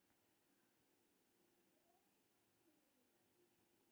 cheque धोखा मे धन राशि के बढ़ा क नै निकालल जा सकैत अछि